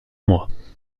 mois